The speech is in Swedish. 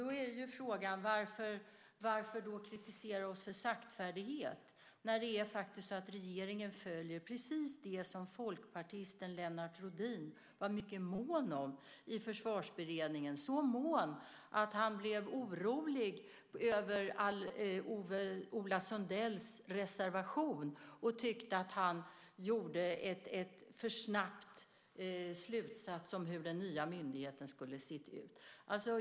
Då är frågan varför man kritiserar oss för saktfärdighet när regeringen följer precis det som folkpartisten Lennart Rohdin var mycket mån om i Försvarsberedningen, så mån att han blev orolig över Ola Sundells reservation och tyckte att han drog en för snabb slutsats om hur den nya myndigheten skulle sett ut.